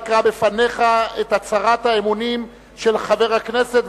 אקרא בפניך את הצהרת האמונים של חבר הכנסת,